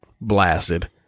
blasted